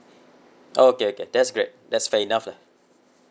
oh okay okay that's great that's fair enough lah